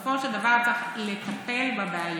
שבסופו של דבר צריך לטפל בבעיה.